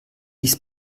ist